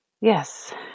Yes